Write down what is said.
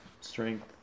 strength